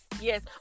yes